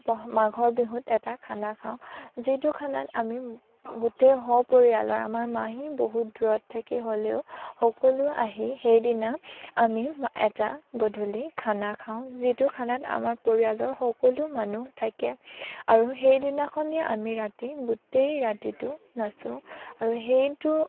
মাঘৰ বিহুত এটা খানা খাওঁ যিটো খানাত আমি গোটেই সপৰিয়ালৰ আমাৰ মাহী বহুত দূৰত থাকে হ'লেও সকলো আহি সেইদিনা আমি এটা গধূলি খানা খাওঁ যিটো খানাত আমাৰ পৰিয়ালৰ সকলো মানুহ থাকে আৰু সেইদিনাখনে আমি ৰাতি গোটেই ৰাতিটো নাচোঁ আৰু সেইটো